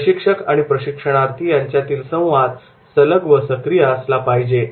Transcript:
प्रशिक्षक आणि प्रशिक्षणार्थी यांच्यामधील संवाद सलग व सक्रिय असला पाहिजे